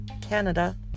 Canada